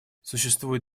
существуют